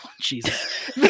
jesus